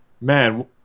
man